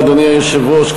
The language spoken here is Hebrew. אדוני היושב-ראש, תודה רבה.